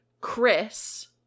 Chris